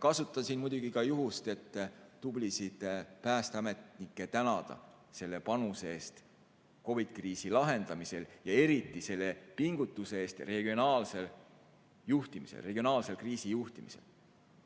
Kasutan siin muidugi ka juhust, et tublisid päästeametnikke tänada selle panuse eest COVID-i kriisi lahendamisel ja eriti selle pingutuse eest regionaalsel juhtimisel, regionaalsel kriisijuhtimisel.